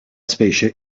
specie